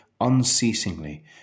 unceasingly